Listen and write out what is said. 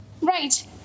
Right